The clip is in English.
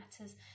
matters